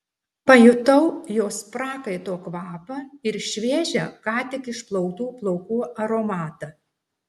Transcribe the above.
pajutau jos prakaito kvapą ir šviežią ką tik išplautų plaukų aromatą